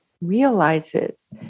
realizes